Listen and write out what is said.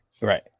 Right